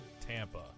TAMPA